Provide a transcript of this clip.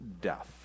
death